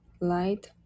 light